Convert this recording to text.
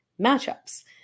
matchups